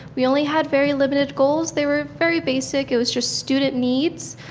we only had very limited goals. they were very basic. it was just student needs.